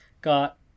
got